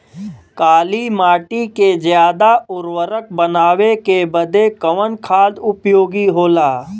काली माटी के ज्यादा उर्वरक बनावे के बदे कवन खाद उपयोगी होला?